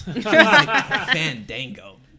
Fandango